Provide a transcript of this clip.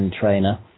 trainer